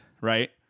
right